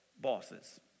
bosses